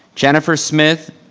jennifer smith.